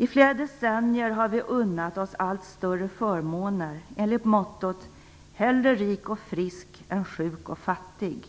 I flera decennier har vi unnat oss allt större förmåner enligt mottot "hellre rik och frisk än sjuk och fattig".